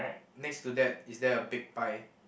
next to that is there a big pie